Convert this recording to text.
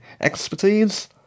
expertise